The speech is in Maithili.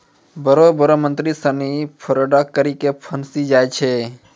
बड़ो बड़ो मंत्री सिनी फरौड करी के फंसी जाय छै